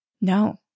no